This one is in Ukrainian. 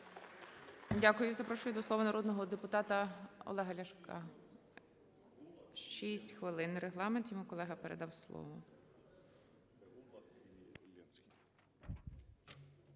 Дякую. Запрошую до слова народного депутата Олега Ляшка, 6 хвилин регламент. Йому колега передав слово.